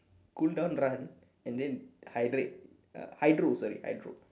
cool down run and then hydrate uh hydro sorry hydro